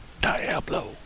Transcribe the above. Diablo